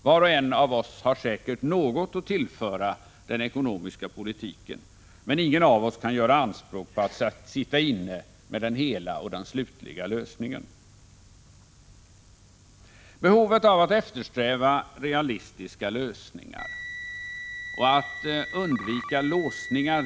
Var och en av oss har säkert något att tillföra den ekonomiska politiken, men ingen av oss kan göra anspråk på att sitta inne med den hela och slutliga lösningen. Behovet av att eftersträva realistiska lösningar och av att undvika låsningar Prot.